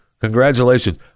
Congratulations